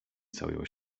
całują